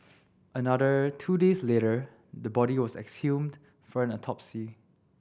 another two days later the body was exhumed for an autopsy